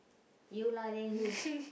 you lah then who